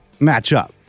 matchup